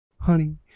honey